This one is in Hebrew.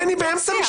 כי אני באמצע משפט.